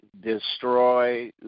destroy